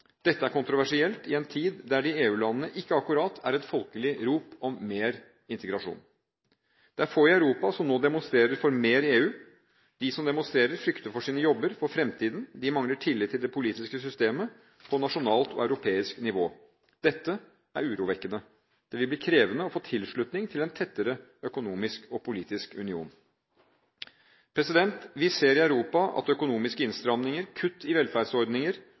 Dette er kontroversielt – i en tid der det i EU-landene ikke akkurat er et folkelig rop om mer integrasjon. Det er få i Europa som nå demonstrerer for mer EU. De som demonstrerer, frykter for sine jobber, for fremtiden, og de mangler tillit til det politiske systemet på nasjonalt og europeisk nivå. Dette er urovekkende. Det vil bli krevende å få tilslutning til en tettere økonomisk og politisk union. Vi ser i Europa at økonomiske innstramninger, kutt i velferdsordninger